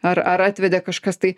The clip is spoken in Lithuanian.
ar ar atvedė kažkas tai